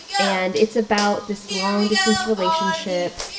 and it's about this long distance relationship.